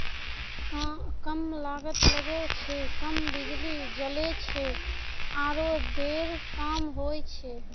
कम लागत लगै छै, कम बिजली जलै छै आरो ढेर काम होय छै